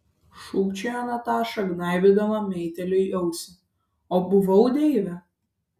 šūkčiojo nataša gnaibydama meitėliui ausį o buvau deivė